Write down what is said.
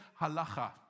Halacha